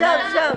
שם.